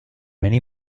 many